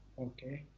okay.